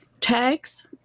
tags